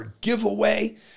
giveaway